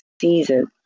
season